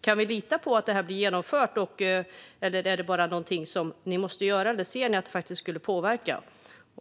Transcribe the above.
Kan vi lita på att detta blir genomfört? Är det bara någonting som ni måste göra? Eller ser ni att detta faktiskt skulle påverka?